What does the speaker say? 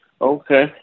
Okay